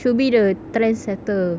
should be the trendsetter